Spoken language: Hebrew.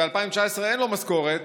ב-2019 אין לו משכורת,